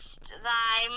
thy